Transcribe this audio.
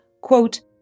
quote